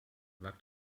wagt